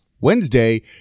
wednesday